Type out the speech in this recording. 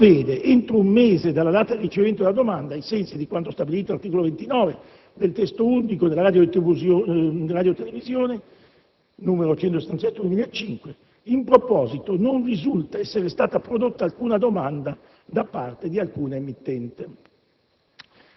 che provvede, entro un mese dalla data del ricevimento della domanda, ai sensi di quanto stabilito dall'articolo 29 del Testo unico della radiotelevisione (decreto legislativo n. 177 del 2005); in proposito, non risulta essere stata prodotta alcuna domanda da parte di alcuna emittente.